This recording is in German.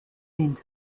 sind